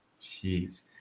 Jeez